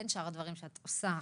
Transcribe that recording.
בין שאר הדברים החשובים שאת עושה,